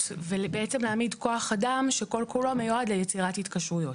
ובעצם להעמיד כוח אדם שכל כולו מיועד ליצירת התקשרויות.